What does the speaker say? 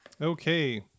Okay